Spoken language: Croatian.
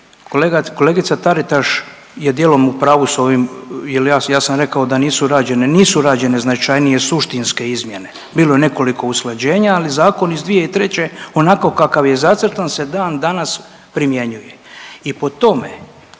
kolegica Taritaš je dijelom u pravu s ovim jer ja sam rekao da nisu rađene, nisu rađene značajnije suštinske izmjene, bilo je nekoliko usklađenja ali zakon iz 2003. onako kakav je zacrtan se dan danas primjenjuje.